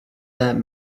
that